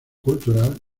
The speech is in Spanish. cultural